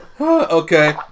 Okay